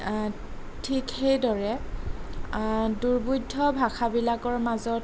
ঠিক সেইদৰে দুৰ্বোধ্য ভাষাবিলাকৰ মাজত